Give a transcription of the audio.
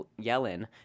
Yellen